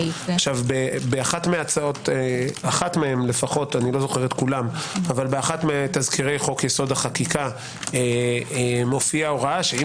באחת ההצעות לפחות מתזכירי חוק יסוד: החקיקה מופיעה הוראה שאם